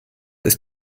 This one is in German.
ist